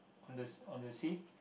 on the s~ on the sea